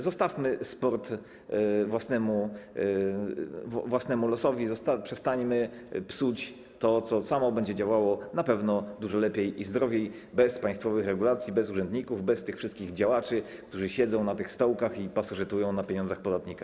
Zostawmy sport własnemu losowi, przestańmy psuć to, co samo będzie działało na pewno dużo lepiej i zdrowiej, bez państwowych regulacji, bez urzędników, bez tych wszystkich działaczy, którzy siedzą na stołkach i pasożytują na pieniądzach podatnika.